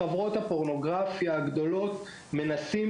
בחברות הפורנוגרפיה הגדולות מנסים